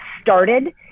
started